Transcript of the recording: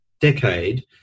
decade